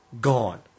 Gone